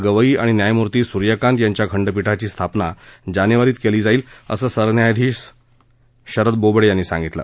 गवई आणि न्यायमूर्ती सूर्यकांत यांच्या खंडपीठाची स्थापना जानेवारीत केली जाईल असं सरन्यायाधीश एस ए बोबडे यांनी सांगितलं